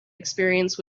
experience